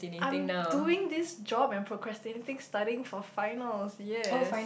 I am doing this job and procrastinating studying for finals yes